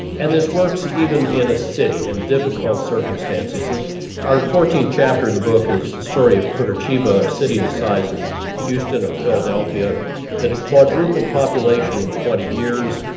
and this works even in a city in difficult circumstances. our fourteenth chapter in the book is the story of curitiba, a city the size of houston or philadelphia that had quadrupled population in twenty years.